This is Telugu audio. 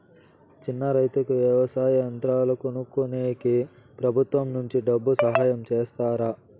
చిన్న రైతుకు వ్యవసాయ యంత్రాలు కొనుక్కునేకి ప్రభుత్వం నుంచి డబ్బు సహాయం చేస్తారా?